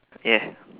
ya